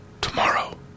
Tomorrow